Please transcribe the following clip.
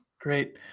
Great